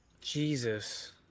Jesus